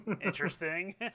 interesting